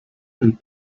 and